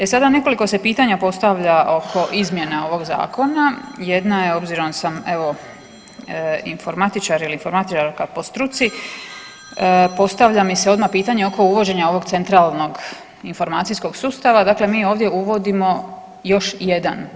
E sada se nekoliko pitanja postavlja oko izmjena ovog zakona, jedna je obzirom sam evo informatičar ili informatičarka po struci postavlja mi se odmah pitanje oko uvođenja ovog centralnog informacijskog sustava, dakle mi ovdje uvodimo još jedan.